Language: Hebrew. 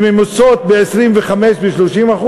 והן ממוסות ב-25% ו-30%,